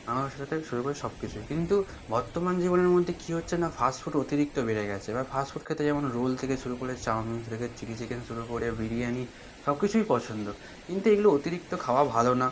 আনারস থেকে শুরু করে সব কিছুই কিন্তু বর্তমান জীবনের মধ্যে কী হচ্ছে না ফাস্ট ফুড অতিরিক্ত বেড়ে গেছে এবার ফাস্ট ফুড খেতে যেমন রোল থেকে শুরু করে চাউমিন থেকে চিলি চিকেন থেকে শুরু করে বিরিয়ানি সব কিছুই পছন্দ কিন্তু এগুলো অতিরিক্ত খাওয়া ভালো না